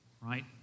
right